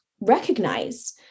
recognize